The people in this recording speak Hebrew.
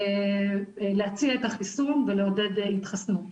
להציע את החיסון ולעודד התחסנות.